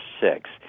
six